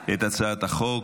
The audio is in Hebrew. את הצעת החוק.